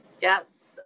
Yes